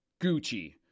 Gucci